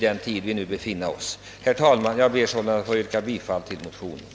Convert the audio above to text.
Herr talman! Jag ber sålunda att få yrka bifall till motionen.